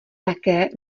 také